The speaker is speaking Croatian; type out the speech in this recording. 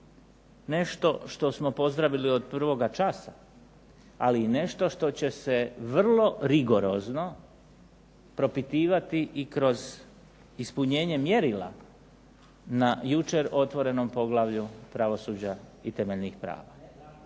nešto što smo pozdravili od prvoga časa, ali nešto što će se vrlo rigorozno propitivati i kroz ispunjenje mjerila na jučer otvorenom poglavlju Pravosuđa i temeljnih prava.